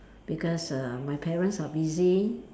because err my parents are busy